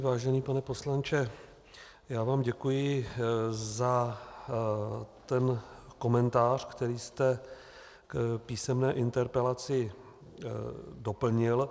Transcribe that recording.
Vážený pane poslanče, já vám děkuji za ten komentář, který jste k písemné interpelaci doplnil.